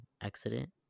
accident